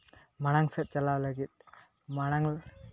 ᱢᱟᱲᱟᱝ ᱥᱮᱱ ᱪᱟᱞᱟᱜ ᱞᱟᱹᱜᱤᱫ ᱢᱟᱲᱟᱝ